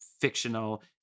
fictional